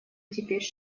теперь